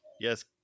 Yes